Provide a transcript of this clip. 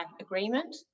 agreement